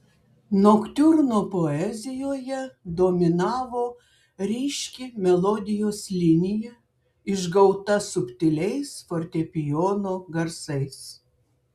noktiurno poezijoje dominavo ryški melodijos linija išgauta subtiliais fortepijono garsais